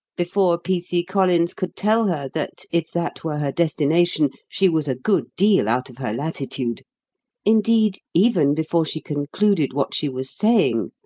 before p c. collins could tell her that if that were her destination, she was a good deal out of her latitude indeed, even before she concluded what she was saying,